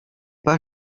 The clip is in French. pas